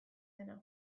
dena